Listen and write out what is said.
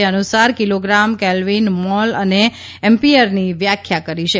તે અનુસાર kilogram kelvin mole અને એમ્પીયરની વ્યાખ્યા કરી છે